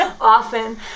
Often